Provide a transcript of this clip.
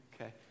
Okay